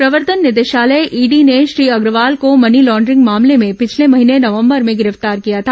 प्रवर्तन निदेशालय ईडी ने श्री अग्रवाल को मनी लॉन्ड्रिंग मामले में पिछले महीने नवंबर में गिरफ्तार किया था